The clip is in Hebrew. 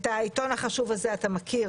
את העיתון החשוב הזה אתה מכיר,